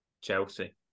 Chelsea